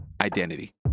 identity